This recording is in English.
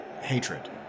Hatred